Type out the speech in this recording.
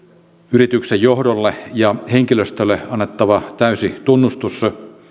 yrityksen johdolle ja henkilöstölle annettava täysi tunnustus